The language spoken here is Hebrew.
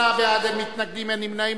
28 בעד, אין מתנגדים, אין נמנעים.